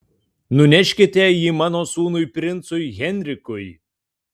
nuneškite jį mano sūnui princui henrikui